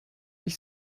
ich